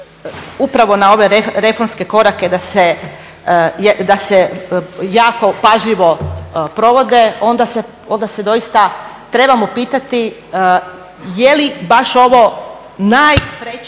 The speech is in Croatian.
upravo na ove reformske korake da se jako pažljivo provode, onda se doista trebamo pitati je li baš ovo najpreći